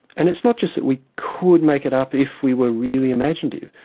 and it's not just that we could make it up if we were really imaginative.